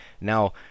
Now